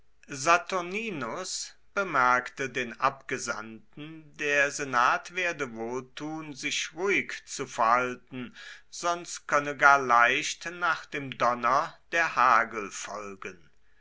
saturninus bemerkte den abgesandten der senat werde wohl tun sich ruhig zu verhalten sonst könne gar leicht nach dem donner der hagel folgen